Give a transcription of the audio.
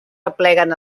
apleguen